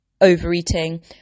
overeating